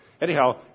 Anyhow